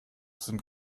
sind